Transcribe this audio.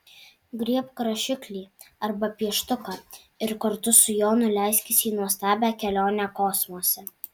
griebk rašiklį arba pieštuką ir kartu su jonu leiskis į nuostabią kelionę kosmose